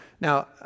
now